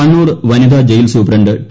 കണ്ണൂർ വനിത jail superintendent T